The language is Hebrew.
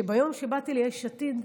שביום שבאתי ליש עתיד,